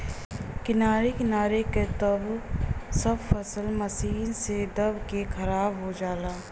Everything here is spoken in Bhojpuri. किनारे किनारे क त सब फसल मशीन से दबा के खराब हो जाला